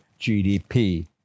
GDP